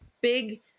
big